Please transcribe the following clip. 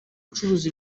acuruza